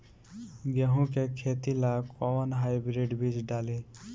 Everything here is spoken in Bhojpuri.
गेहूं के खेती ला कोवन हाइब्रिड बीज डाली?